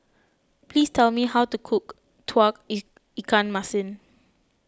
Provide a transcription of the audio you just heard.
please tell me how to cook Tauge Ikan Masin